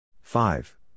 Five